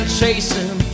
chasing